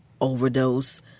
overdose